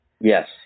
Yes